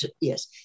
yes